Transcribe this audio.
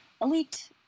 elite